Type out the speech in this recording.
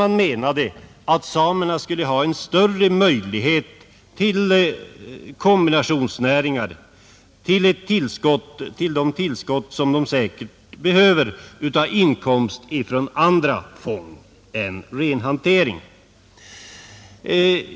Man menar där att samerna skulle ha en större möjlighet till kombinationsnäringar, till de tillskott som de säkert behöver av inkomst från andra fång än renhanteringen.